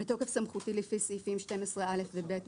"בתוקף סמכותי לפי סעיפים 12(א) ו-(ב)